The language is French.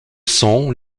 son